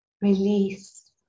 Release